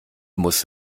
muss